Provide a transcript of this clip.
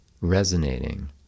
resonating